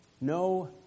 No